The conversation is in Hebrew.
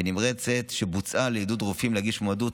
ונמרצת שבוצעה לעידוד רופאים להגיש מועמדות,